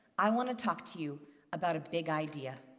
i want to talk to you about a big idea.